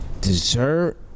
Dessert